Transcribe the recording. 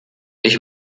ich